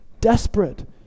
desperate